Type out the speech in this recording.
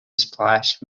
splash